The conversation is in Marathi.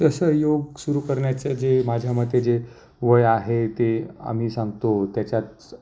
तसं योग सुरू करण्याचे जे माझ्या मते जे वय आहे ते आम्ही सांगतो त्याच्यात